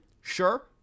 Sure